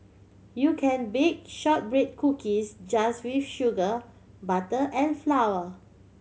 you can bake shortbread cookies just with sugar butter and flour